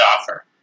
offer